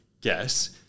guess